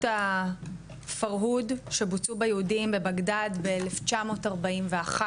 הפרהוד שבוצעו ביהודים בבגדד ב-1941.